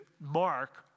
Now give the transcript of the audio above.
Mark